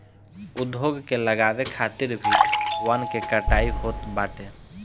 उद्योग के लगावे खातिर भी वन के कटाई होत बाटे